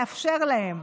לאפשר להם.